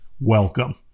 welcome